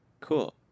cool